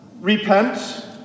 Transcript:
repent